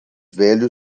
velho